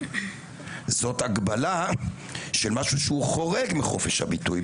זה הגבלה של משהו שחורג מחופש הביטוי,